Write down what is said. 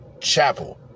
Chapel